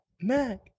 Mac